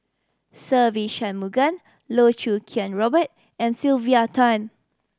Se Ve Shanmugam Loh Choo Kiat Robert and Sylvia Tan